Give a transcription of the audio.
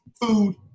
food